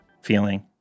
feeling